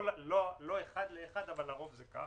לא אחד לאחד אבל לרוב זה כך.